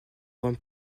rome